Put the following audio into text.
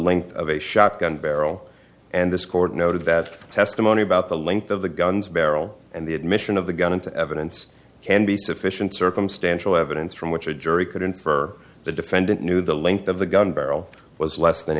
length of a shotgun barrel and this court noted that testimony about the length of the guns barrel and the admission of the gun into evidence can be sufficient circumstantial evidence from which a jury could infer the defendant knew the length of the gun barrel was less than